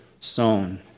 sown